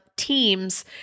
teams